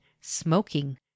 Smoking